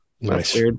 Nice